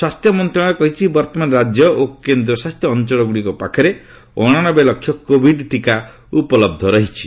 ସ୍ପାସ୍ଥ୍ୟ ମନ୍ତ୍ରଣାଳୟ କହିଛି ବର୍ତ୍ତମାନ ରାଜ୍ୟ ଓ କେନ୍ଦ୍ରଶାସିତ ଅଞ୍ଚଳଗୁଡ଼ିକ ପାଖରେ ଅଣାନବେ ଲକ୍ଷ କୋଭିଡ ଟିକା ଉପଲହ୍ଧ ରହିଛି